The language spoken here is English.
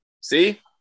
See